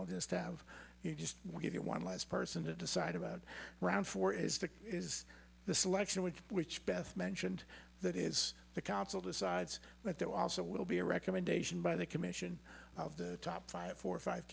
or just have you just give it one last person to decide about round four is that is the selection with which beth mentioned that is the council decides but that also will be a recommendation by the commission of the top five four five